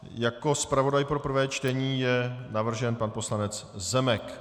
Jako zpravodaj pro prvé čtení je navržen pan poslanec Zemek.